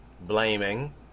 blaming